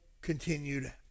continued